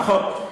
נכון.